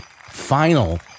final